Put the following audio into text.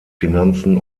finanzen